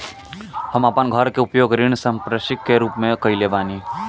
हम आपन घर के उपयोग ऋण संपार्श्विक के रूप में कइले बानी